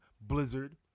Blizzard